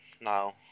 now